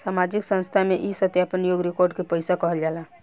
सामाजिक संस्था से ई सत्यापन योग्य रिकॉर्ड के पैसा कहल जाला